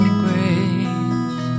grace